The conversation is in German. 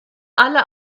alle